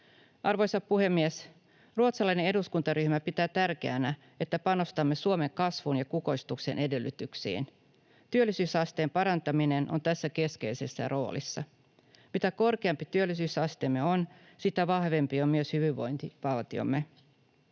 Arvoisa puhemies! Ruotsalainen eduskuntaryhmä pitää tärkeänä, että panostamme Suomen kasvun ja kukoistuksen edellytyksiin. Työllisyysasteen parantaminen on tässä keskeisessä roolissa. Mitä korkeampi työllisyysasteemme on, sitä vahvempi on myös hyvinvointivaltiomme.